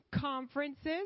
conferences